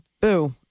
boo